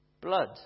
blood